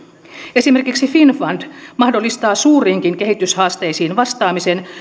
esimerkiksi finnfund mahdollistaa suuriinkin kehi tyshaasteisiin vastaamisen